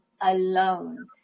alone